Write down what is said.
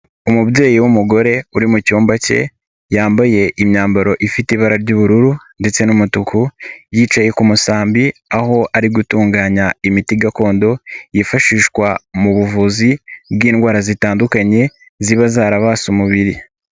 Umubyeyi w'umugore uri mu cyumba cye yambaye imyambaro ifite ibara ry'ubururu ndetse n'umutuku yicaye ku mu sambi aho ari gutunganya imiti gakondo yifashishwa mu buvuzi bw'indwara zitandukanye ziba zarabase umubiri.